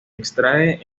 extrae